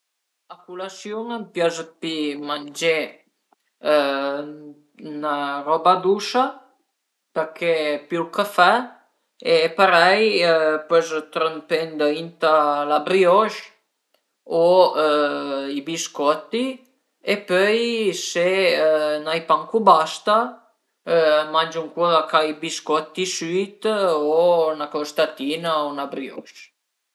A culasiun a m'pias pi mangé 'na roba dusa perché pìu ël café e parei pös trëmpé ëndrinta la brioche o i biscotti e pöi se n'ai pancù basta mangiu ancura cai biscotti süit o 'na crostatina o 'na brioche